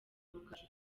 rugaju